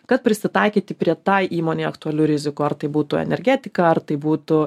kad prisitaikyti prie tai įmonei aktualių rizikų ar tai būtų energetika ar tai būtų